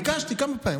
ביקשתי כמה פעמים.